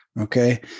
Okay